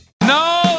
No